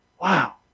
Wow